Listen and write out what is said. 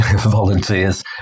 volunteers